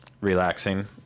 relaxing